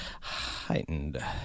heightened